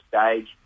stage